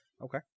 Okay